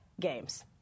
Games